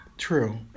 True